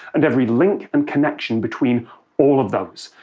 and every link and connection between all of those.